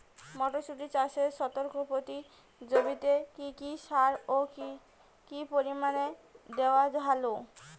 মটরশুটি চাষে শতক প্রতি জমিতে কী কী সার ও কী পরিমাণে দেওয়া ভালো?